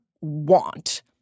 want